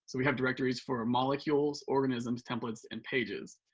so we have directories for molecules, organisms, templates, and pages.